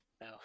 no